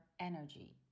energy